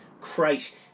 Christ